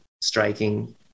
striking